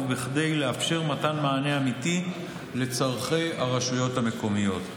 וכדי לאפשר מתן מענה אמיתי לצורכי הרשויות המקומיות.